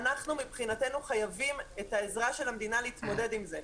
אנחנו מבחינתנו חייבים את העזרה של המדינה להתמודד עם זה.